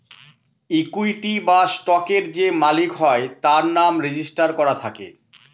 equity বা স্টকের যে মালিক হয় তার নাম রেজিস্টার করা থাকে